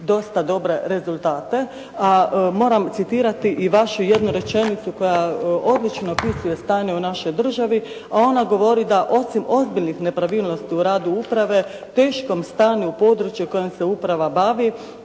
dosta dobre rezultate, a moram citirati i vašu jednu rečenicu koja odlično opisuje stanje u našoj državi, a ona govori da osim ozbiljnih nepravilnosti u radu uprave, teškom stanju u području kojim se uprava bavi,